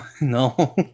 no